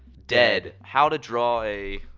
dead. how to draw a.